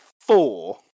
four